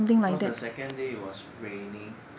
cause their second day it was raining